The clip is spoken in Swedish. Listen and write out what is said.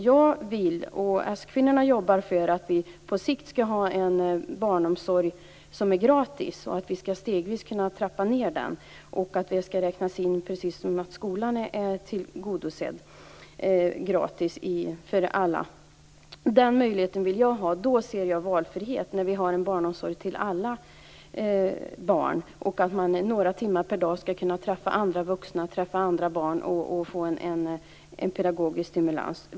Jag vill - och s-kvinnorna jobbar för det - att vi på sikt skall ha en barnomsorg som är gratis, att den skall trappas ned stegvis så att det räknas som skolan, som är gratis för alla. Den möjligheten vill jag ha. Jag ser att vi har en valfrihet när vi har barnomsorg för alla barn och att man några timmar per dag skall kunna träffa andra vuxna och andra barn och få en pedagogisk stimulans.